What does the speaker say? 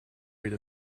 rate